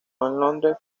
londres